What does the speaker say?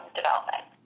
development